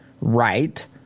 right –